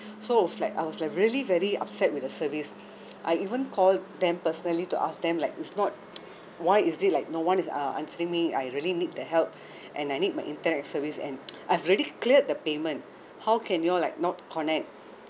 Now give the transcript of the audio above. so I was like I was like really very upset with the service I even call them personally to ask them like it's not why is it like no one is uh answering me I really need the help and I need my internet service and I've already cleared the payment how can you all like not connect